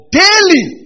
daily